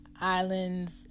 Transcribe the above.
Islands